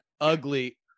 ugly